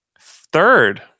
third